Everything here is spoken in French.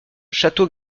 château